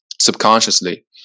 subconsciously